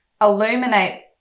illuminate